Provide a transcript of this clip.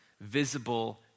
visible